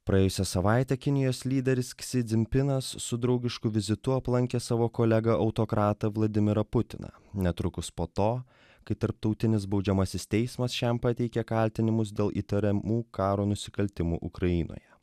praėjusią savaitę kinijos lyderis si dzinpingas su draugišku vizitu aplankė savo kolegą autokratą vladimirą putiną netrukus po to kai tarptautinis baudžiamasis teismas šiam pateikė kaltinimus dėl įtariamų karo nusikaltimų ukrainoje